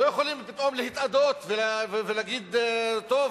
לא יכולים פתאום להתאדות ולהגיד: טוב,